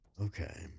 okay